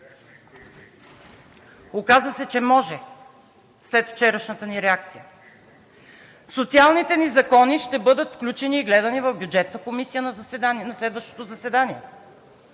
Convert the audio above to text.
Оказа се, че може след вчерашната ни реакция социалните ни закони ще бъдат включени и гледани в Бюджетната комисия на следващото заседание.